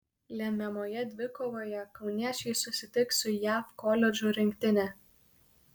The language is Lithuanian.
lemiamoje dvikovoje kauniečiai susitiks su jav koledžų rinktine